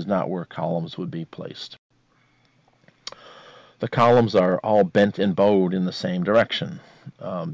is not work columns would be placed the columns are all bent and bowed in the same direction